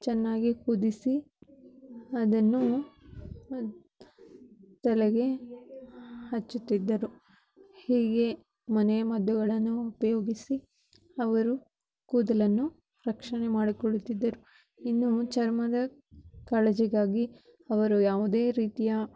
ಚೆನ್ನಾಗಿ ಕುದಿಸಿ ಅದನ್ನು ತಲೆಗೆ ಹಚ್ಚುತ್ತಿದ್ದರು ಹೀಗೆ ಮನೆಮದ್ದುಗಳನ್ನು ಉಪಯೋಗಿಸಿ ಅವರು ಕೂದಲನ್ನು ರಕ್ಷಣೆ ಮಾಡಿಕೊಳ್ಳುತ್ತಿದ್ದರು ಇನ್ನು ಚರ್ಮದ ಕಾಳಜಿಗಾಗಿ ಅವರು ಯಾವುದೇ ರೀತಿಯ